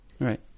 Right